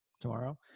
tomorrow